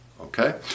okay